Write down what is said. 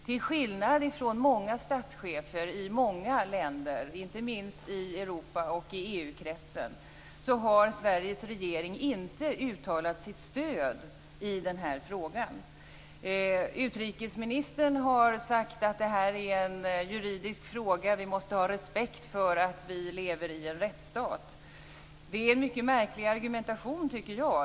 Till skillnad från statschefer i många länder, inte minst i Europa och i EU-kretsen, har Sveriges regering inte uttalat sitt stöd i den här frågan. Utrikesministern har sagt att det här är en juridisk fråga och att vi måste ha respekt för att vi lever i en rättsstat. Det är en mycket märklig argumentation, tycker jag.